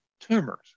tumors